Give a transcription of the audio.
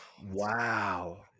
Wow